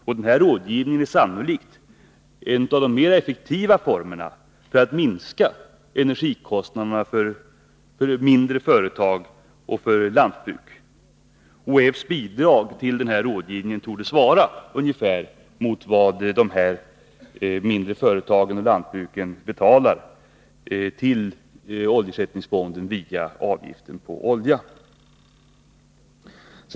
Och den rådgivningen är sannolikt en av de mer effektiva formerna för att minska energikostnaderna för mindre företag och lantbruk. Oljeersättningsfondens bidrag till den här rådgivningen torde svara ungefär mot vad de mindre företagen och lantbruken betalar till oljeersättningsfonden via avgiften på olja.